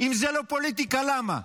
אם זאת לא פוליטיקה, למה?